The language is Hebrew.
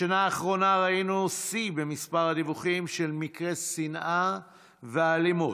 בשנה האחרונה ראינו שיא במספר הדיווחים של מקרי שנאה ואלימות,